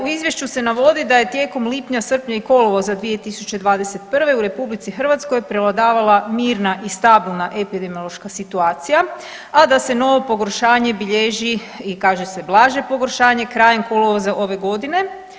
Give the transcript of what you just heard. U izvješću se navodi da je tijekom lipnja, srpnja i kolovoza 2021. u RH prevladavala mirna i stabilna epidemiološka situacija, a da se novo pogoršanje bilježi kaže se blaže pogoršanje krajem kolovoza ove godine.